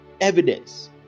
evidence